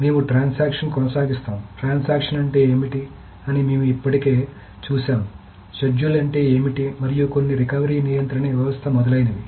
మేము ట్రాన్సక్షన్స్ కొనసాగిస్తాము ట్రాన్సక్షన్స్ అంటే ఏమిటి అని మేము ఇప్పటికే చూశాము షెడ్యూల్ అంటే ఏమిటి మరియు కొన్ని రికవరీ నియంత్రణ వ్యవస్థ మొదలైనవి